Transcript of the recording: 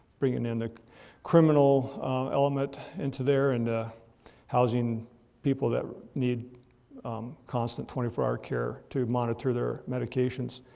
bringing in a criminal element into there and ah housing people that need constant twenty four hour care to monitor their medications.